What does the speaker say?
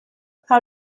how